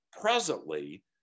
presently